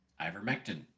ivermectin